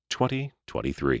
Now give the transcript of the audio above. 2023